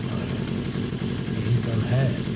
और यही सब है